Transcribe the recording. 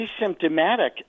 asymptomatic